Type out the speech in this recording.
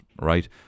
right